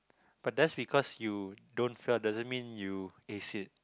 but that's because you don't fail doesn't mean you ace it